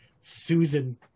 Susan